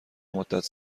مدت